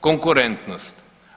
Konkurentnost.